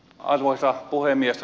arvoisa puhemies